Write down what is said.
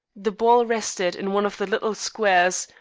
the ball rested in one of the little squares,